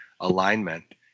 alignment